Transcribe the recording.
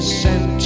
sent